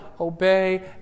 obey